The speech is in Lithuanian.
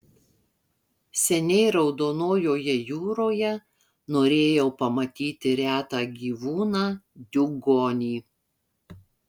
seniai raudonojoje jūroje norėjau pamatyti retą gyvūną diugonį